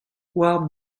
war